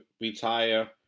retire